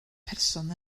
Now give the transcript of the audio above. person